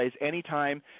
anytime